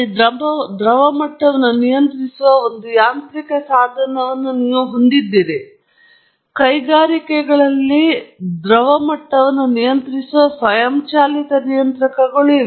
ಅಲ್ಲಿ ದ್ರವ ಮಟ್ಟವನ್ನು ನಿಯಂತ್ರಿಸುವ ಒಂದು ಯಾಂತ್ರಿಕ ಸಾಧನವನ್ನು ನೀವು ಹೊಂದಿದ್ದೀರಿ ಆದರೆ ಕೈಗಾರಿಕೆಗಳಲ್ಲಿ ದ್ರವ ಮಟ್ಟವನ್ನು ನಿಯಂತ್ರಿಸುವ ಸ್ವಯಂಚಾಲಿತ ನಿಯಂತ್ರಕಗಳು ಇವೆ